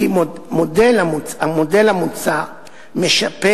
כי המודל המוצע משפר